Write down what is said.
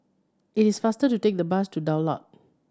it is faster to take the bus to Daulat